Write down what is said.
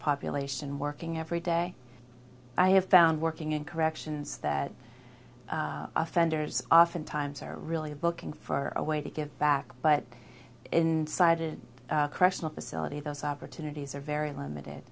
population working every day i have found working in corrections that offenders oftentimes are really looking for a way to give back but inside a correctional facility those opportunities are very limited